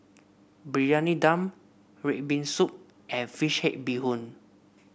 Briyani Dum red bean soup and fish head Bee Hoon